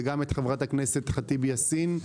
וגם את חברת הכנסת ח'טיב יאסין.